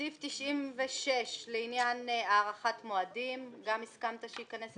סעיף 96 לעניין הארכת מועדים, שגם הסכמת שייכנס.